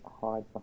hide